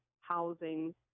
housing